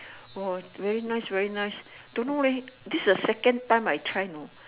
oh very nice very nice don't know leh this is the second time I try know